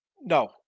No